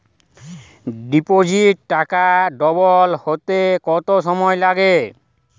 ডিপোজিটে টাকা ডবল হতে কত সময় লাগে?